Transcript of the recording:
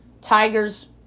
Tigers